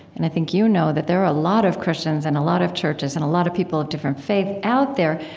and i think you know, that there are a lot of christians, and a lot of churches, and a lot of people of different faith out there,